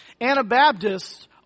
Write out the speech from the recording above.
Anabaptists